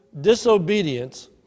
disobedience